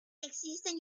existen